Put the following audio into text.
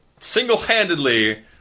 single-handedly